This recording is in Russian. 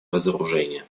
разоружения